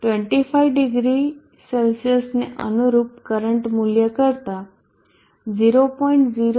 9968 250C એ અનુરૂપ current મુલ્ય કરતા 0